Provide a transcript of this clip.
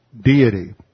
deity